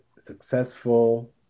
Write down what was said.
successful